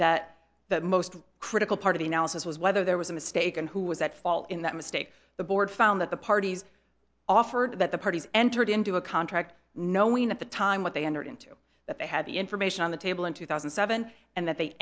that the most critical part of the analysis was whether there was a mistake and who was at fault in that mistake the board found that the parties offered that the parties entered into a contract knowing at the time what they entered into that they had the information on the table in two thousand and seven and that they